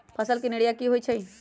फसल के निराया की होइ छई?